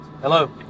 Hello